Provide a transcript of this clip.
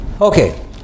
Okay